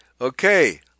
Okay